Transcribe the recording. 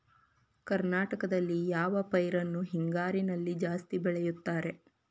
ಕರ್ನಾಟಕದಲ್ಲಿ ಯಾವ ಪೈರನ್ನು ಹಿಂಗಾರಿನಲ್ಲಿ ಜಾಸ್ತಿ ಬೆಳೆಯುತ್ತಾರೆ?